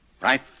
right